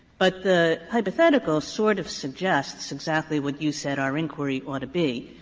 but the hypothetical sort of suggests exactly what you said our inquiry ought to be,